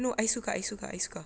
no ai-suka ai-suka ai-suka